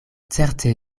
certe